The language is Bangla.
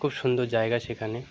খুব সুন্দর জায়গা সেখানে